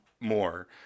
more